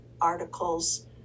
articles